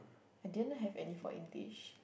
I didn't have any for English